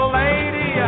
lady